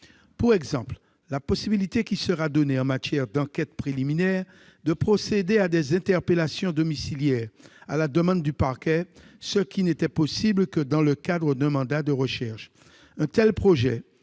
par exemple, la possibilité donnée en matière d'enquête préliminaire de procéder à des interpellations domiciliaires, à la demande du parquet, ce qui n'était possible que dans le cadre d'un mandat de recherche. Un tel projet